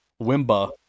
Wimba